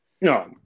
No